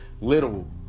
little